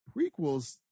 prequels